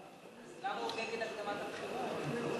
אז למה הוא נגד הקדמת הבחירות?